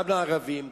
גם לערבים,